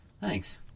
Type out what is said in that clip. Thanks